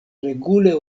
regule